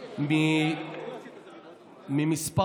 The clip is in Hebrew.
מלכיאלי.